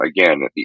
again